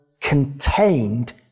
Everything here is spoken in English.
contained